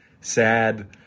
sad